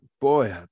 boy